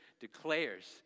declares